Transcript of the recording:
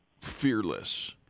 fearless